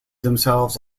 themselves